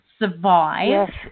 survive